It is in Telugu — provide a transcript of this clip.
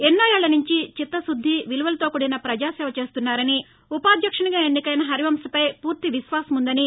ఎన్నో ఏళ్లనుంచి చిత్తశుద్ది విలువలతో కూడిన ప్రజాసేవ చేస్తున్నారని ఉపాధ్యక్షునిగా ఎన్నికయిన హరివంశ్పై పూర్తి విశ్వాసం ఉందని